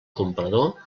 comprador